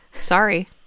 Sorry